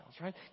right